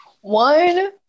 One